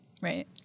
Right